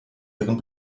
ihren